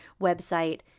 website